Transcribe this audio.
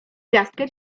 gwiazdkę